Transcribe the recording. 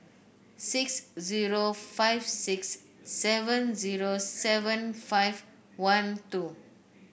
six zero five six seven zero seven five one two